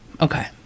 Okay